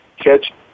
catch